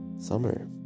summer